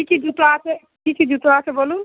কী কী জুতো আছে কী কী জুতো আছে বলুন